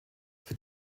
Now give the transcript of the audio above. für